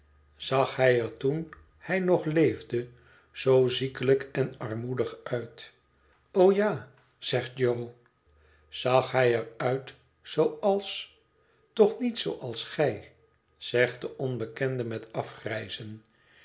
zag hij er toen hij nog leefde zoo ziekelijk en armoedig uit o ja zegt jo zag hij er uit zooals toch niet zooals gij zegt de onbekende met afgrijzen